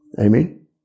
Amen